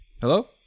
hello